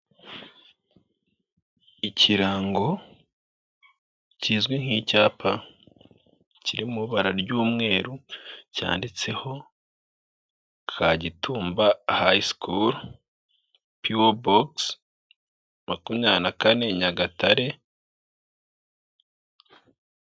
Ikirango kizwi nk'icyapa kiri mu ibara ry'umweru cyanditseho Kagitumba high school p.o.box 24 Nyagatare.